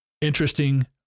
interesting